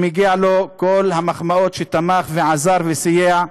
שמגיעות לו כל המחמאות, שתמך, עזר וסייע.